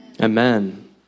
Amen